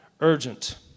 urgent